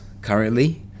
currently